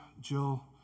Jill